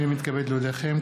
הינני מתכבד להודיעכם,